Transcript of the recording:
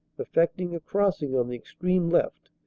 effecting a crossing on the extreme left,